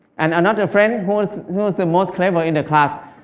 and another friend who's who's the most clever in the class,